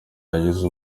yagize